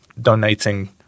donating